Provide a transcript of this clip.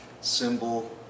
symbol